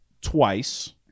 twice